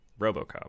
RoboCop